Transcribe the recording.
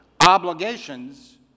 Obligations